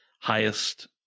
highest